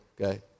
okay